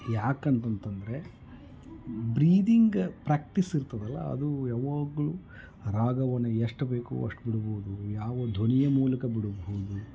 ಯಾಕಂತಂದ್ರೆ breathing practice ಇರ್ತದಲ್ಲ ಅದು ಯಾವಾಗಲೂ ರಾಗವನ್ನು ಎಷ್ಟು ಬೇಕೋ ಅಷ್ಟು ಬಿಡ್ಬೋದು ಯಾವ ಧ್ವನಿಯ ಮೂಲಕ ಬಿಡಬಹುದು